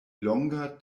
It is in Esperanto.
longa